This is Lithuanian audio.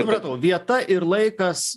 supratau vieta ir laikas